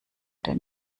der